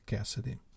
Cassidy